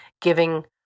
giving